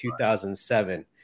2007